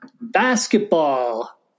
basketball